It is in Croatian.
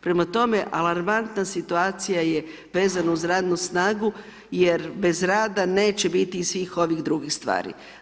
Prema tome alarmantna situacije je vezana uz radnu snagu, jer bez rada neće biti i svih ovih drugih stvari.